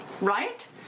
right